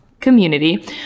community